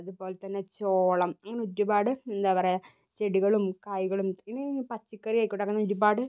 അതുപോലെ തന്നെ ചോളം അങ്ങനെ ഒരുപാട് എന്താ പറയുക ചെടികളും കായ്കളും പിന്നെ പച്ചക്കറി ആയിക്കോട്ടെ അങ്ങനെ ഒരുപാട്